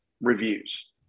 reviews